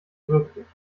wirklich